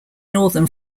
northern